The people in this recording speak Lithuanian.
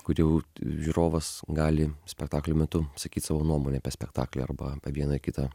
kur jau žiūrovas gali spektaklio metu sakyt savo nuomonę apie spektaklį arba vieną kitą